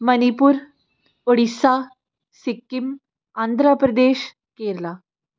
Manipur Odisha Sikkim Andhra Pradesh Kerala